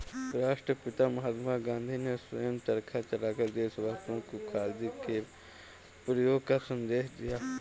राष्ट्रपिता महात्मा गांधी ने स्वयं चरखा चलाकर देशवासियों को खादी के प्रयोग का संदेश दिया